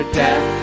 death